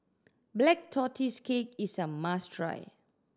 Black Tortoise Cake is a must try